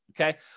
okay